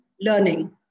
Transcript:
learning